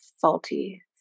faulty